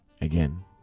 again